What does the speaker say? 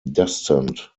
descent